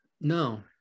no